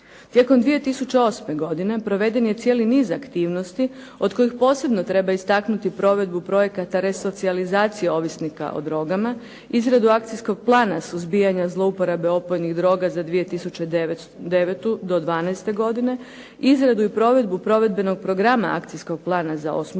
Tijekom 2008. godine proveden je cijeli niz aktivnosti od kojih posebno treba istaknuti provedbu projekata resocijalizacije ovisnika o drogama, izradu Akcijskog plana suzbijanja zlouporabe opojnih droga za 2009.-2012., izradu i provedbu Provedbenog programa Akcijskog plana za '08.